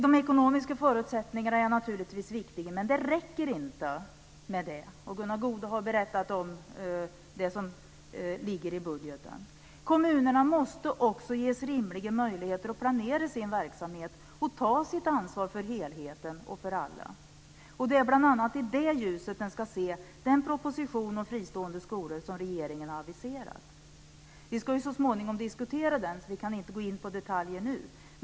De ekonomiska förutsättningarna är naturligtvis viktiga, men det räcker inte med det. Gunnar Goude har berättat om det som ligger i budgeten. Kommunerna måste också ges rimliga möjligheter att planera sin verksamhet och ta sitt ansvar för helheten och för alla. Det är bl.a. i detta ljus man ska se den proposition om fristående skolor som regeringen har aviserat. Vi ska ju så småningom diskutera den, så vi kan inte gå in på detaljer nu.